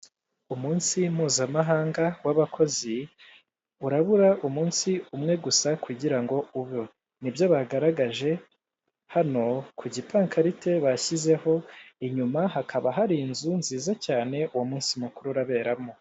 Umunsi mpuzamahanga w'abakozi urabura umunsi umwe gusa kugira ngo ube. Nibyo bagaragaje hano ku gipankarite basizeho inyuma hakaba hari inzu nziza cyane uwo munsi mukuru uraberamo.